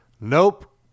nope